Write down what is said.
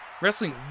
Wrestling